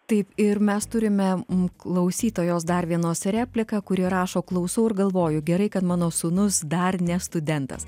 taip ir mes turime klausytojos dar vienos repliką kuri rašo klausau ir galvoju gerai kad mano sūnus dar ne studentas